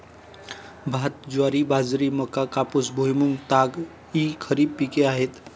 भात, ज्वारी, बाजरी, मका, कापूस, भुईमूग, ताग इ खरीप पिके आहेत